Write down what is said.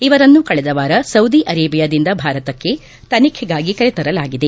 ಇವರನ್ನು ಕಳೆದವಾರ ಸೌದಿ ಅರೇಬಿಯಾದಿಂದ ಭಾರತಕ್ಕೆ ತನಿಖೆಗಾಗಿ ಕರೆತರಲಾಗಿದೆ